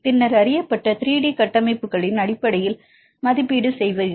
பின்னர் அறியப்பட்ட 3D கட்டமைப்புகளின் அடிப்படையில் மதிப்பீடு செய்வீர்கள்